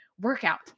workout